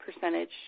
percentage